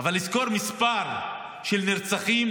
אבל לזכור מספר של נרצחים